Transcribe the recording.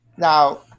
Now